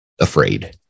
afraid